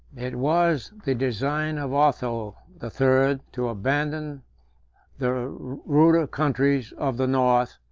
it was the design of otho the third to abandon the ruder countries of the north,